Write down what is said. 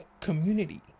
community